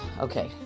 Okay